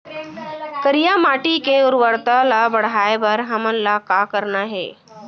करिया माटी के उर्वरता ला बढ़ाए बर हमन ला का करना हे?